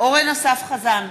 אורן אסף חזן,